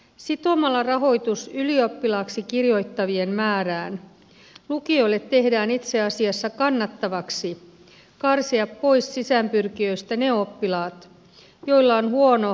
sitomalla rahoitus ylioppilaaksi kirjoittavien määrään lukioille tehdään itse asiassa kannattavaksi karsia pois sisäänpyrkijöistä ne oppilaat joilla on huono koulumenestyksen ennuste